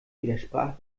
widersprach